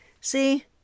See